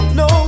no